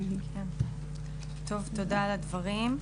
טוב, תודה על הדברים.